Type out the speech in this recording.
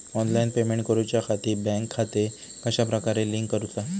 Online payment करुच्याखाती bank खाते कश्या प्रकारे लिंक करुचा?